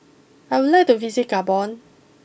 I would like to visit Gabon